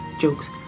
jokes